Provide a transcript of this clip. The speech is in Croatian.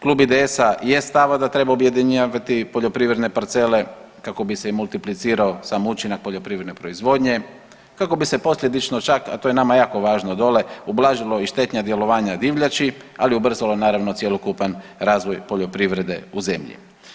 Klub IDS-a je stava da treba objedinjavati poljoprivredne parcele kako bi se i multiplicirao sam učinak poljoprivredne proizvodnje, kako bi se posljedično čak, a to je nama jako važno dole, ublažilo i štetna djelovanja divljači, ali ubrzalo naravno cjelokupan razvoj poljoprivrede u zemlji.